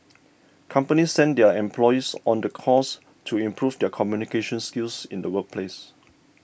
companies send their employees on the course to improve their communication skills in the workplace